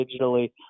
digitally